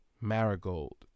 Marigold